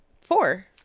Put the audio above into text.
four